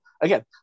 again